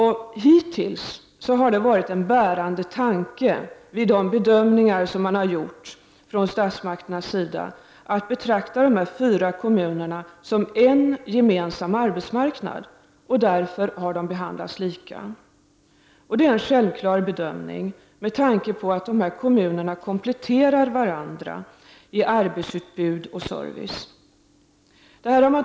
Hittills har den bärande tanken vid de bedömningar som statsmakterna har gjort varit att betrakta dessa fyra kommuner som en gemensam arbetsmarknad. De har därför behandlats lika. Det är en självklar bedömning med tanke på att dessa kommuner när det gäller arbetsutbud och service kompletterar varandra.